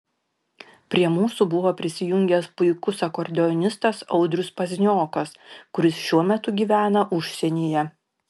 prie mūsų buvo prisijungęs puikus akordeonistas audrius pazniokas kuris šiuo metu gyvena užsienyje